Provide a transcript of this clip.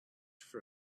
for